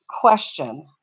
question